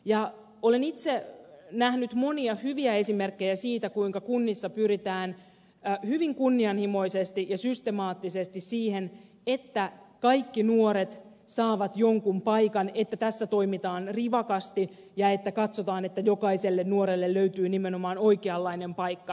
olen itse nähnyt monia hyviä esimerkkejä siitä kuinka kunnissa pyritään hyvin kunnianhimoisesti ja systemaattisesti siihen että kaikki nuoret saavat jonkun paikan että tässä toimitaan rivakasti ja että katsotaan että jokaiselle nuorelle löytyy nimenomaan oikeanlainen paikka